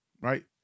right